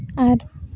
ᱟᱨ